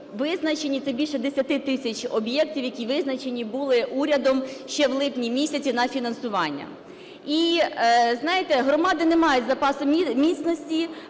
визначені. Це більше 10 тисяч об'єктів, які визначені були урядом ще в липні місяці на фінансування. І знаєте, громади не мають запаси міцності,